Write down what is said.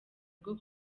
rwo